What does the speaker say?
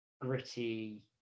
gritty